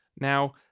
Now